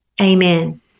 Amen